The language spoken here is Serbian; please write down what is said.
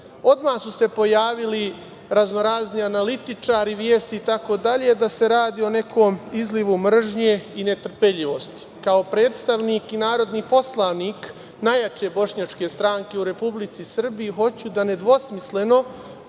Odmah su se pojavili raznorazni analitičari, vesti, itd, da se radi o nekom izlivu mržnje i netrpeljivosti. Kao predstavnik i narodni poslanik najjače bošnjačke stranke u Republici Srbiji hoću da nedvosmisleno